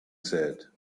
said